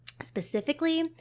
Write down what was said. specifically